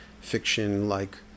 fiction-like